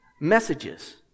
messages